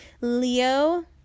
Leo